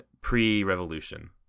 pre-Revolution